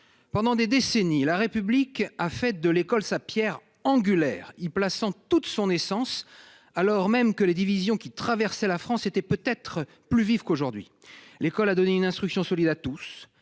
pendant des décennies, la République a fait de l'école, sa Pierre angulaire y plaçant toute son essence alors même que les divisions qui traversait la France était peut être plus vive qu'aujourd'hui l'école a donné une instruction solide à tous